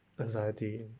anxiety